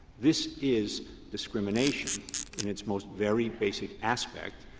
this is discrimination in its most very basic aspect,